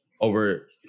over